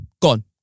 gone